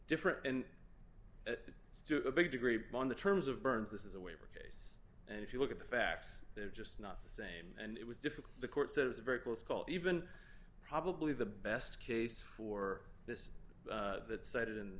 different and it took a big degree on the terms of burns this is a waiver case and if you look at the facts they're just not the same and it was difficult for the court so it was a very close call even probably the best case for this that cited in